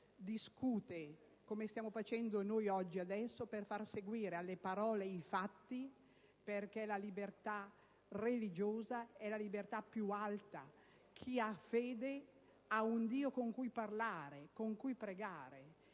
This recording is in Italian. discute, come stiamo facendo noi oggi adesso, per far seguire alle parole i fatti, perché la libertà religiosa è la libertà più alta. Chi ha fede ha un Dio con cui parlare, pregare.